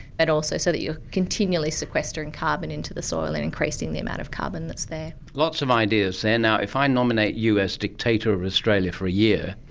but also so that you are continually sequestering carbon into the soil and increasing the amount of carbon that's there. lots of ideas there. now, if i nominate you as dictator of australia for a year,